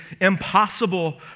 impossible